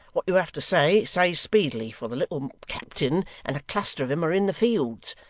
what you have to say, say speedily, for the little captain and a cluster of em are in the fields,